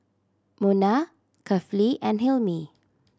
Munah Kefli and Hilmi